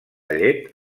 llet